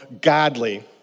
godly